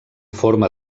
forma